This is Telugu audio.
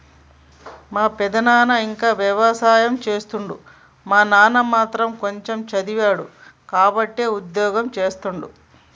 మా పెదనాన ఇంకా వ్యవసాయం చేస్తుండు మా నాన్న మాత్రం కొంచెమ్ చదివిండు కాబట్టే ఉద్యోగం చేస్తుండు